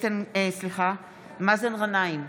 נוכחת מאזן גנאים,